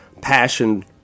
passion